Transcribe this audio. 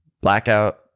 blackout